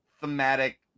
thematic